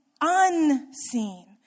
unseen